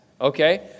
Okay